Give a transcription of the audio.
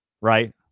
right